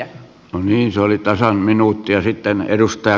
no niin se oli tasan minuutti